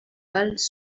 pals